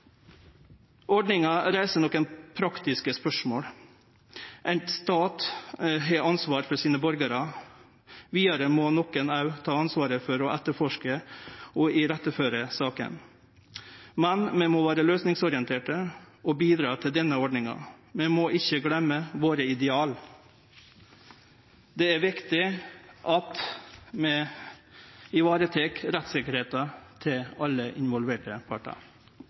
Ordninga reiser nokre praktiske spørsmål. Ein stat har ansvaret for borgarane sine. Vidare må nokon også ta ansvaret for å etterforske og iretteføre saka. Men vi må vere løysingsorienterte og bidra til denne ordninga. Vi må ikkje gløyme ideala våre. Det er viktig at vi varetek rettssikkerheita til alle involverte partar.